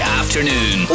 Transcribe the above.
afternoon